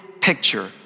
picture